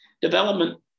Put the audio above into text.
development